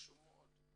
זה חשוב מאוד.